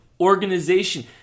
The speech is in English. organization